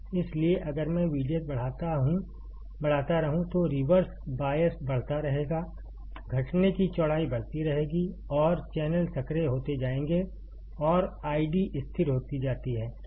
इसलिए अगर मैं VDS बढ़ाता रहूं तो रिवर्स बायस बढ़ता रहेगा घटने की चौड़ाई बढ़ती रहेगी और चैनल संकरे होते जाएंगे और आईडी स्थिर होती जाती है